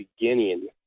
beginning